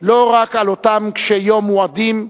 לא רק על אותם קשי-יום מועדים,